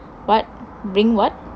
what bring what